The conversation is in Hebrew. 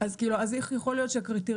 אז כאילו אז איך יכול להיות שהקריטריונים